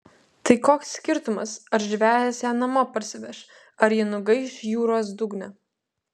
tai koks skirtumas ar žvejas ją namo parsiveš ar ji nugaiš jūros dugne